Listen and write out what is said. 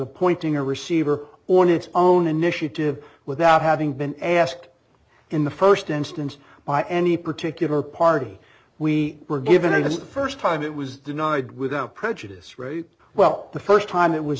appointing a receiver on its own initiative without having been asked in the first instance by any particular party we were given it was the first time it was denied without prejudice right well the first time it was